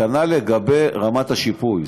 כנ"ל לגבי רמת השיפוי.